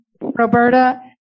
Roberta